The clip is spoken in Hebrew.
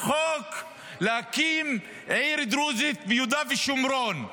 חוק להקים עיר דרוזית ביהודה ושומרון.